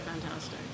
fantastic